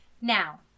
Now